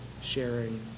sharing